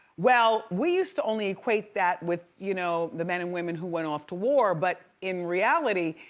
well, we used to only equate that with, you know, the men and women who went off to war. but in reality,